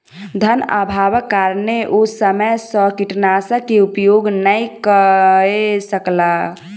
धनअभावक कारणेँ ओ समय सॅ कीटनाशक के उपयोग नै कअ सकला